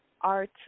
Art